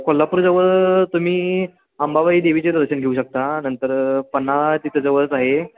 कोल्हापूरजवळ तुम्ही अंबाबाई देवीचे दर्शन घेऊ शकता नंतर पन्हाळा तिथं जवळच आहे